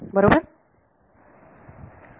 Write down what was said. बरोबर